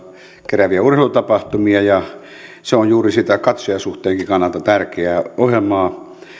kerääviä urheilutapahtumia se on juuri sitä katsojasuhteenkin kannalta tärkeää ohjelmaa